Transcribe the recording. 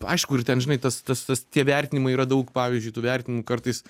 aišku ir ten žinai tas tas tas tie vertinimai yra daug pavyzdžiui tu vertini kartais